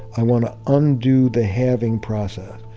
i want to undo the halving process.